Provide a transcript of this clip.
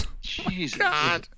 Jesus